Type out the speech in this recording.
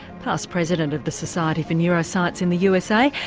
past president of the society for neuroscience in the usa.